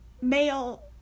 male